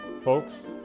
folks